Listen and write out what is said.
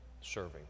Serving